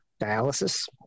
dialysis